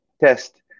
test